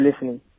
listening